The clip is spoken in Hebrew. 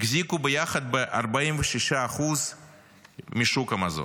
החזיקו ביחד ב-46% משוק המזון.